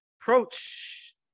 approach